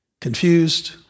confused